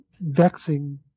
vexing